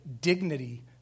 dignity